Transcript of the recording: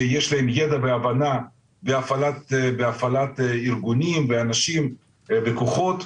שיש להם ידע והבנה בהפעלת ארגונים ואנשים וכוחות,